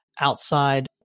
outside